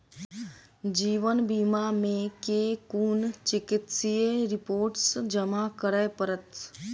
जीवन बीमा मे केँ कुन चिकित्सीय रिपोर्टस जमा करै पड़त?